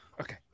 Okay